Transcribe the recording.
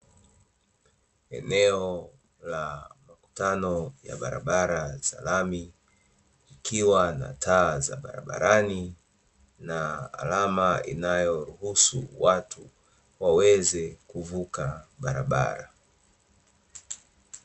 Eneo la makutano ya barabara za lami ikiwa na taa za barabarani na alama inayohusu watu waweze kuvuka barabara.